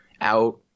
out